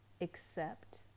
accept